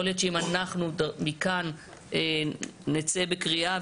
יכול להיות שאם אנחנו מכאן נצא בקריאה,